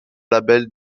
label